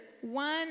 one